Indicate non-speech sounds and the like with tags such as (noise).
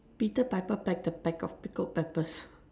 Peter piper picked a peck of pickled peppers (breath)